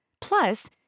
Plus